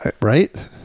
Right